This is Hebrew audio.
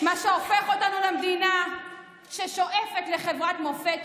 מה שהופך אותנו למדינה ששואפת לחברת מופת,